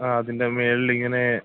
ആ അതിൻ്റെ മുകളിലിങ്ങനെ